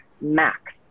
max